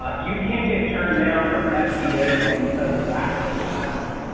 ah you can't get turned down for an sba loan because of lack of collateral.